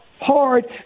hard